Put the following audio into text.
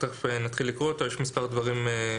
תכף נתחיל לקרוא יש מספר תיקונים